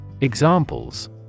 Examples